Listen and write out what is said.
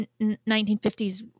1950s